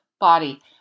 body